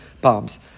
bombs